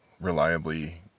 reliably